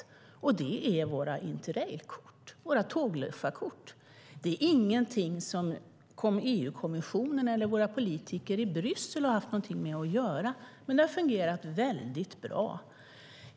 Det handlar om våra Interrailkort - våra tågluffarkort. Det är ingenting som EU-kommissionen eller våra politiker i Bryssel har haft någonting med att göra, men det har fungerat väldigt bra.